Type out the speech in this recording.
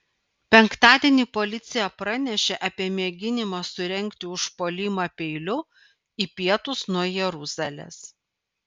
penktadienį policija pranešė apie mėginimą surengti užpuolimą peiliu į pietus nuo jeruzalės